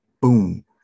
Boom